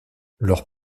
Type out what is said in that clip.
leur